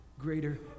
greater